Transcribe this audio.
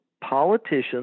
politicians